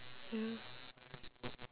but I only played for one minute